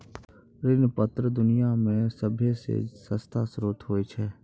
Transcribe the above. ऋण पत्र दुनिया मे सभ्भे से सस्ता श्रोत होय छै